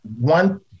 One